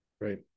Right